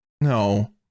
no